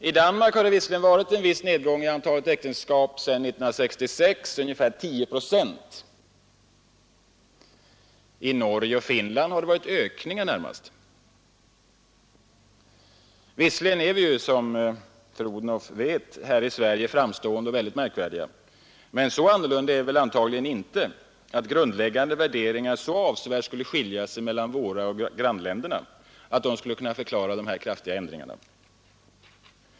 I Danmark har det visserligen varit en viss nedgång i antalet äktenskap sedan 1966, ungefär 10 procent, men i Norge och Finland har det snarast varit ökningar. Visserligen är vi ju, som fru Odhnoff vet, här i Sverige framstående och märkvärdiga, men så annorlunda är vi väl inte, att grundläggande värderingar så avsevärt skulle skilja sig mellan våra och grannländernas, att de skulle kunna förklara dessa kraftiga olikheter i antalet ingångna äktenskap.